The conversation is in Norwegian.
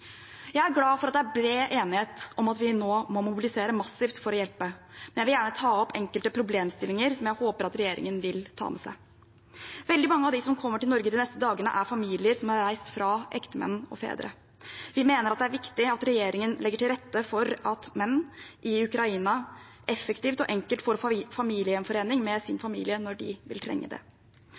Jeg er glad for at det er bred enighet om at vi nå må mobilisere massivt for å hjelpe, men jeg vil gjerne ta opp enkelte problemstillinger som jeg håper at regjeringen vil ta med seg. Veldig mange av dem som kommer til Norge de neste dagene, er familier som har reist fra ektemenn og fedre. Vi mener det er viktig at regjeringen legger til rette for at menn i Ukraina effektivt og enkelt får familiegjenforening med sin familie når de vil trenge det.